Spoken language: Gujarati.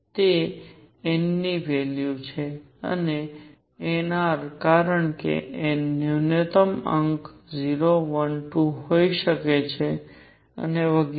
તે n ની વેલ્યુ છે અને nr કારણ કે n ન્યૂનતમ એક 0 1 2 હોઈ શકે છે અને વગેરે